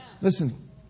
Listen